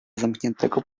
zamkniętego